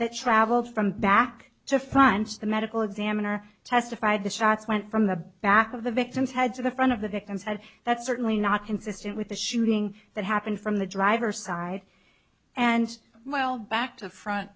that traveled from back to france the medical examiner testified the shots went from the back of the victim's head to the front of the victim's head that's certainly not consistent with the shooting that happened from the driver side and well back to front